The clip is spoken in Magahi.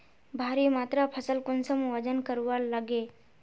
भारी मात्रा फसल कुंसम वजन करवार लगे?